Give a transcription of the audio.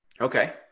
Okay